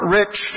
rich